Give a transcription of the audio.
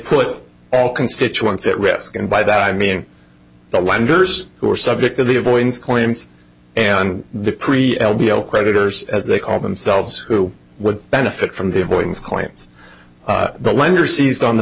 put all constituents at risk and by that i mean the lenders who were subject to the avoidance claims and create l b l creditors as they call themselves who would benefit from the avoidance claims the lender seized on the